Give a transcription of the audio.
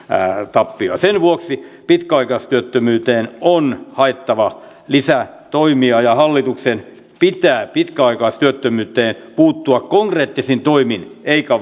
tappio sen vuoksi pitkäaikaistyöttömyyteen on haettava lisätoimia ja hallituksen pitää pitkäaikaistyöttömyyteen puuttua konkreettisin toimin eikä